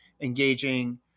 engaging